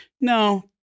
No